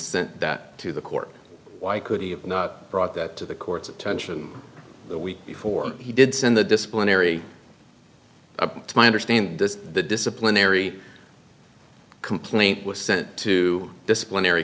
sent that to the court why could he have not brought that to the court's attention the week before he did send the disciplinary up to my understand this the disciplinary complaint was sent to disciplinary